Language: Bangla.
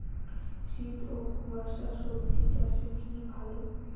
শীত ও কুয়াশা স্বজি চাষে কি ভালো?